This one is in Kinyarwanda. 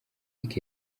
lick